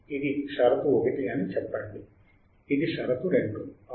ఇది షరతు ఒకటి అని చెప్పండి ఇది షరతు రెండు అవునా